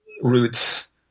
roots